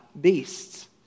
beasts